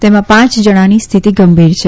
તેમાં પાંચ જણાની હ્ય્થિતિ ગંભીર છે